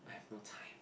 I have no time